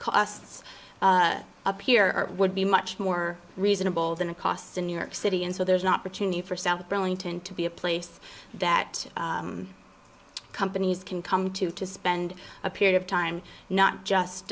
costs up here would be much more reasonable than it costs in new york city and so there's an opportunity for south burlington to be a place that companies can come to to spend a period of time not just